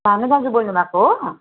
भानु दाजु बोल्नु भएको हो